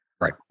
Right